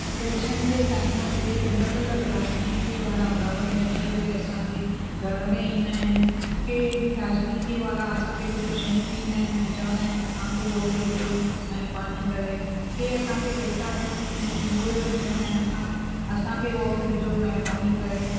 election जे time ते अलॻि अलॻि राजनीतिअ वारा घर में अची करे असांजे घर में ईंदा आहिनि के राजनीतिअ वारा असांखे कुझु शयूं ॾींदा आहिनि ऐं चवंदा आहिनि असांखे वोट ॾिजो महिरबानी करे के असांखे पेसा ॾियणु ईंदा आहिनि ऐं उहे वरी चवंदा आहिनि असां असांखे ई वोट ॾिजो महिरबानी करे